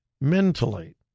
mentally